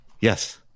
Yes